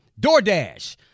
DoorDash